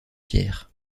pierre